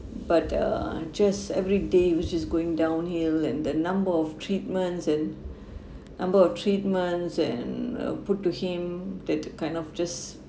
but uh just everyday which is going downhill and the number of treatments and number of treatments and uh put to him that kind of just